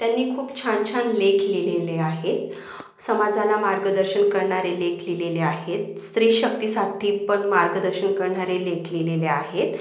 त्यांनी खूप छान छान लेख लिहिलेले आहेत समाजाला मार्गदर्शन करणारे लेख लिहिलेले आहेत स्त्रीशक्तीसाठीपण मार्गदर्शन करणारे लेख लिहिलेले आहेत